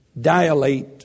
dilate